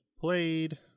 played